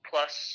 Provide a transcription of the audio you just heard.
plus